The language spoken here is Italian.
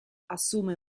assume